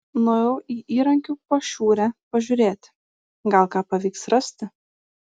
nuėjau į įrankių pašiūrę pažiūrėti gal ką pavyks rasti